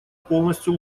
полностью